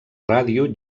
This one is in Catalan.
ràdio